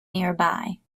nearby